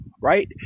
right